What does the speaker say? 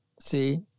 See